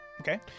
Okay